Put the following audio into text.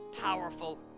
powerful